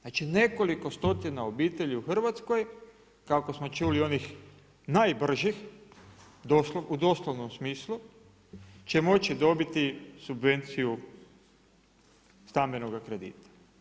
Znači nekoliko stotina obitelji u Hrvatskoj kako smo čuli onih najbržih u doslovnom smislu će moći dobiti subvenciju stambenoga kredita.